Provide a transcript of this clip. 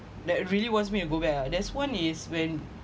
that really wants me to go back ah there's one is when